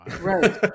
Right